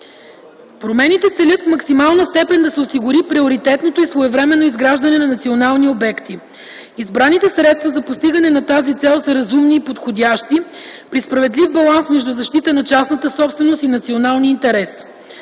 Промените целят в максимална степен да се осигури приоритетното и своевременно изграждане на национални обекти. Избраните средства за постигане на тази цел са разумни и подходящи при справедлив баланс между защита на частната собственост и националния интерес.